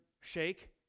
shake